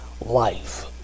life